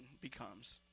becomes